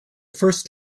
first